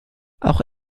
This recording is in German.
auch